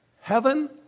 heaven